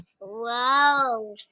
wow